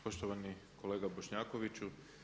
Poštovani kolega Bošnjakoviću.